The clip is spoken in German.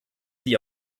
die